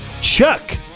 chuck